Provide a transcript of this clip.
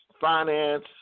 finance